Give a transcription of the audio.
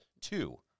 Two